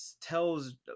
tells